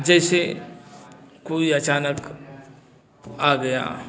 जैसे कोई अचानक आ गया